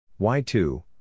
Y2